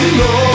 no